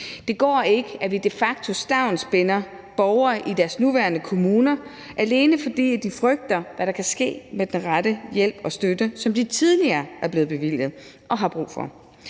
Det går ikke, at vi de facto stavnsbinder borgere i deres nuværende kommuner, alene fordi de frygter, hvad der kan ske med den rette hjælp og støtte, som de tidligere er blevet bevilget og har brug for,